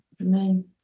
Amen